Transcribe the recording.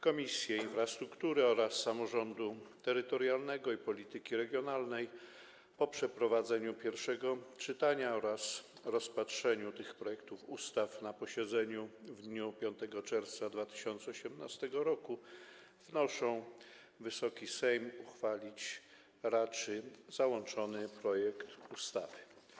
Komisja Infrastruktury oraz Komisja Samorządu Terytorialnego i Polityki Regionalnej po przeprowadzeniu pierwszego czytania oraz rozpatrzeniu tych projektów ustaw na posiedzeniu w dniu 5 czerwca 2018 r. wnoszą o to, by Wysoki Sejm raczył uchwalić załączony projekt ustawy.